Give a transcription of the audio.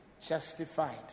justified